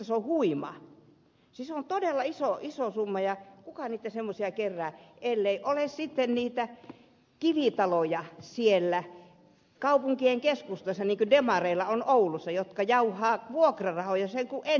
siis se on todella iso summa ja kuka semmoisia kerää ellei ole sitten niitä kivitaloja siellä kaupunkien keskustassa niin kun demareilla on oulussa jotka jauhavat vuokrarahoja sen kun ennättävät